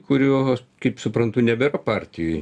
kurio kaip suprantu nebėra partijoj